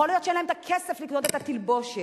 יכול שאין להם כסף לקנות תלבושת,